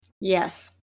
Yes